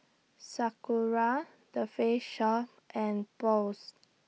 Sakura The Face Shop and Post